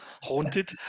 haunted